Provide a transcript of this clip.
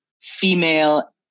female